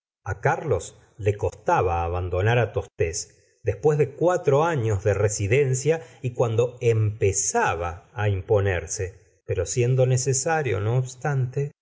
a carlos le costaba abandonar á tostes después de cuatro anos de residencia y cuando empezaba imponerse pero siendo necesario no obstante